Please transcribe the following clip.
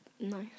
nice